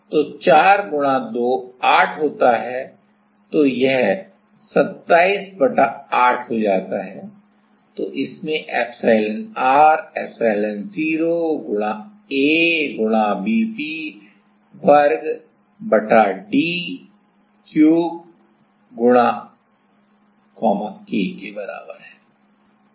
तो 4 गुणा 2 8 होता है तो 27 बटा 8 हो जाता है तो इसमें एप्सिलॉनr एप्सिलॉन0 गुणा A गुणा Vp वर्ग बटा d क्यूब गुणा K के बराबर है